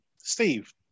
Steve